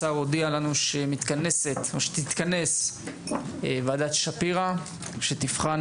השר הודיע שתתכנס ועדת שפירא אשר תבחן